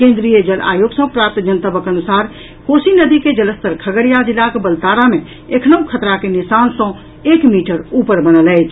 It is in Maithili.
केंद्रीय जल आयोग सँ प्राप्त जनतबक अनुसार कोसी नदी के जलस्तर खगड़िया जिलाक बलतारा मे एखनहूं खतरा के निशान सँ एक मीटर ऊपर बनल अछि